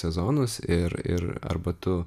sezonus ir ir arba tu